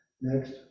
Next